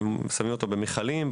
ושמים אותו במכלים.